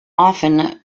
often